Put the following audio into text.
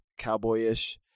cowboyish